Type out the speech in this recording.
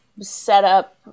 setup